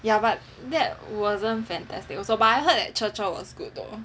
ya but that wasn't fantastic also but I heard that Chir Chir was good though